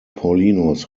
paulinus